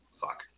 Fuck